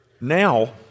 now